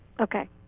okay